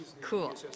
cool